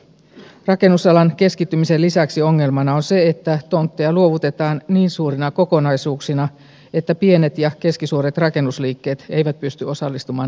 rakennusalan keskittymisen lisäksi ongelmana on se että tontteja luovutetaan niin suurina kokonaisuuksina että pienet ja keskisuuret rakennusliikkeet eivät pysty osallistumaan näihin talkoisiin